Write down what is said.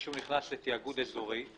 מישהו נכנס לתיאגוד אזורי,